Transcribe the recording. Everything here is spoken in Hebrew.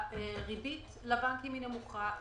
הריבית לבנקים היא נמוכה,